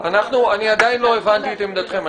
עדיין לא הבנתי את עמדתכם.